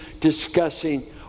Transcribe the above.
discussing